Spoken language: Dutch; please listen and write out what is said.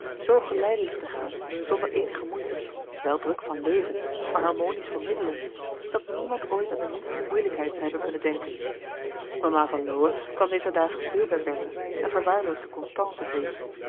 zoo geleidelijk te gaan zonder eenige moeite wel druk van leven maar harmonisch van middelen dat niemand ooit aan de minste moeilijkheid zoû hebben kunnen denken mama van lowe kwam dezer dagen veel bij bertha en verwaarloosde constance een beetje